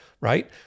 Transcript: right